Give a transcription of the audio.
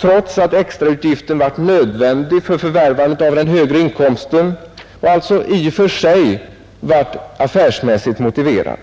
trots att extrautgiften varit nödvändig för förvärvande av den högre inkomsten och alltså i och för sig varit affärsmässigt motiverad.